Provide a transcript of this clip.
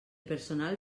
personal